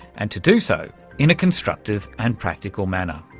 and to do so in a constructive and practical manner.